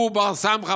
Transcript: הוא בר-סמכא.